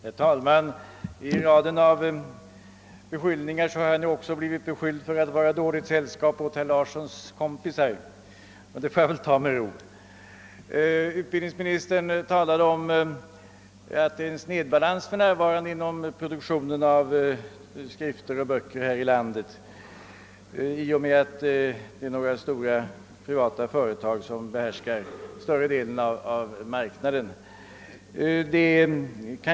Herr talman! Till raden av beskyllningar som riktats mot mig har nu också kommit den, att jag är dåligt sällskap åt herr Larssons i Luttra kompisar. Den beskyllningen får jag väl ta med ro. Utbildningsministern sade att det för närvarande finns en snedbalans när det gäller produktionen av skrifter och böcker, eftersom några få företag behärskar större delen av marknaden.